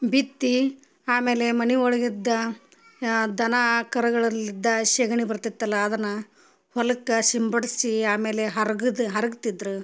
ಬಿತ್ತಿ ಆಮೇಲೆ ಮನಿಯೊಳಗಿದ್ದ ದನ ಕರುಗಳಲಿದ್ದ ಸಗಣಿ ಬರ್ತಿತ್ತಲ್ಲ ಅದನ್ನ ಹೊಲಕ್ಕೆ ಸಿಂಪಡ್ಸಿ ಆಮೇಲೆ ಹರ್ಗದ್ ಹರ್ಗ್ತಿದ್ರು